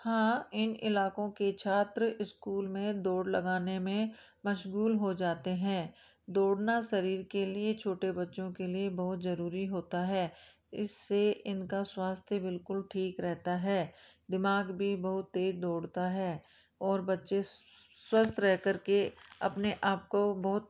हाँ इन इलाकों के छात्र इस्कूल में दौड़ लगाने में मशगूल हो जाते हैं दौड़ना शरीर के लिए छोटे बच्चों के लिए बहुत ज़रूरी होता है इससे इनका स्वास्थ्य बिलकुल ठीक रहता है दिमाग भी बहुत तेज़ दौड़ता है और बच्चे स्वस्थ रहकर के अपने आप को बहुत